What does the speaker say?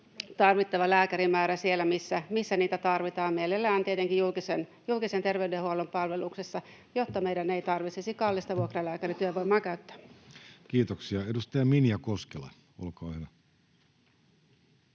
tarvittava lääkärimäärä siellä, missä niitä tarvitaan, mielellään tietenkin julkisen terveydenhuollon palveluksessa, jotta meidän ei tarvitsisi kallista vuokralääkärityövoimaa käyttää. Kiitoksia. — Edustaja Minja Koskela, olkaa hyvä.